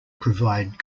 provide